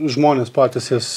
žmonės patys jas